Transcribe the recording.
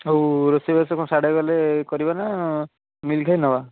ହଉ ରୋଷେଇବାସ କ'ଣ ସାଡ଼େ ଗଲେ କରିବା ନା ମିଲ୍ ଖାଇ ନେବା